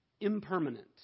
impermanent